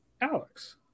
Alex